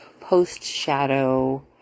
post-shadow